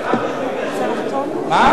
כי